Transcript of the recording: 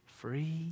free